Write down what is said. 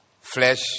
flesh